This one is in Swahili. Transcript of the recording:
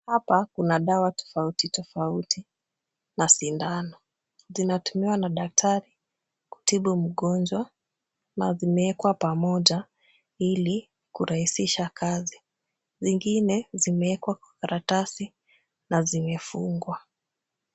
Hapa kuna dawa tofauti tofauti na sindano. Zinatumiwa na daktari kutibu mgonjwa na zimeekwa pamoja ili kurahisisha kazi. Zingine zimeekwa kwa karatasi na zimefungwa.